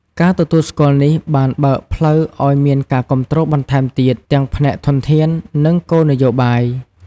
ការទទួលស្គាល់នេះបានបើកផ្លូវឲ្យមានការគាំទ្របន្ថែមទៀតទាំងផ្នែកធនធាន និងគោលនយោបាយ។